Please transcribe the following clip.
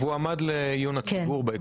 והוא עמד לעיון הציבור בהקשר הזה.